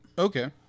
Okay